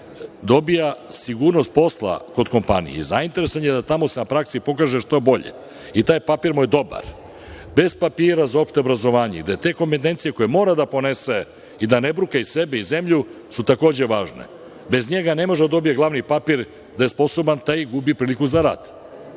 dobija sigurnost posla kod kompanije i zainteresovan je da se tamo na praksi pokaže što bolje i taj papir mu je dobar. Bez papira za opšte obrazovanje, gde te kompetencije koje mora da ponese i da ne bruka ni sebe ni zemlju su takođe važne. Bez njega ne može da dobije glavni papir da je sposoban i gubi priliku za rad.